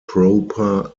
proper